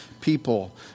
people